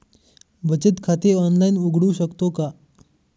बचत खाते ऑनलाइन उघडू शकतो का?